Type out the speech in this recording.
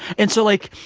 and so, like,